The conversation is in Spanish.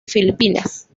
filipinas